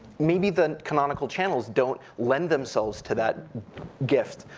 maybe the canonical channels don't lend themselves to that gift,